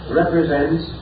represents